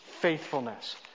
faithfulness